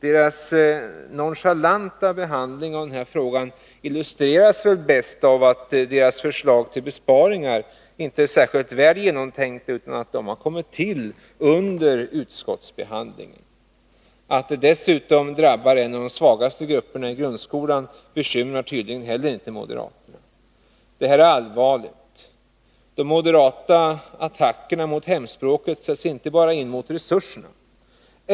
Deras nonchalanta behandling av frågan illustreras väl bäst av att besparingsförslagen inte är särskilt väl genomtänkta utan tycks ha kommit till under utskottsbehandlingen. Att ett Nr 120 förverkligande dessutom skulle drabba en av de svagaste grupperna i grundskolan bekymrar tydligen inte heller moderaterna. Det här är allvarligt. De moderata attackerna mot hemspråket sätts inte bara in mot resurserna.